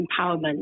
empowerment